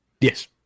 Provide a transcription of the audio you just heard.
Yes